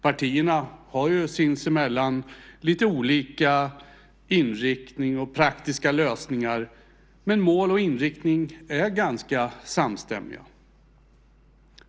Partierna har ju sinsemellan lite olika inriktning och praktiska lösningar, men i fråga om mål och inriktning är vi ganska samstämmiga.